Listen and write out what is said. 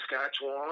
saskatchewan